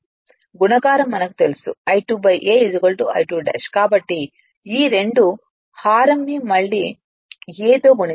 గుణకారం మనకు తెలుసు I 2 a I 2 'కాబట్టి ఈ 2 హారం ని మళ్ళీ a తో గుణించాలి